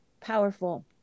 powerful